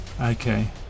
Okay